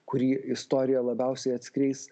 kurį istorija labiausiai atskleis